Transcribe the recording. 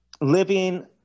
living